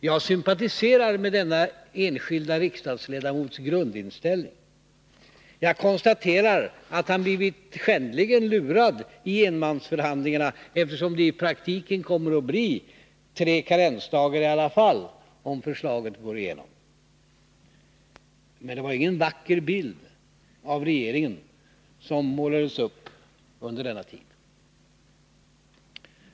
Jag sympatiserar med denna enskilda riksdagsledamots grundinställning. Jag konstaterar att han blivit skändligen lurad i enmansförhandlingarna, eftersom det i praktiken kommer att bli tre karensdagar i alla fall, om förslaget går igenom. Men det var ingen vacker bild av regeringen som målades upp under denna tid.